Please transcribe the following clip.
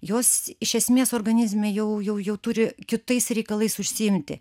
jos iš esmės organizme jau jau jau turi kitais reikalais užsiimti